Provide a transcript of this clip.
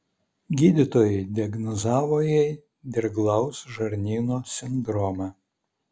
gydytojai diagnozavo jai dirglaus žarnyno sindromą